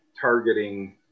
targeting